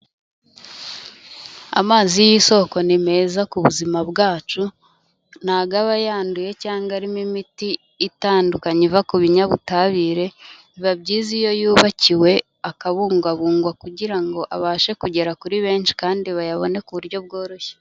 Amazi y'isoko ni meza ku buzima bwacu, ntabwo aba yanduye cyangwa arimo imiti itandukanye iva ku binyabutabire biba byiza iyo yubakiwe, akabungabungwa kugira ngo abashe kugera kuri benshi kandi bayabone ku buryo bworoshye.